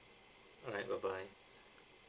alright bye bye